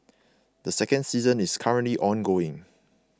the second season is currently ongoing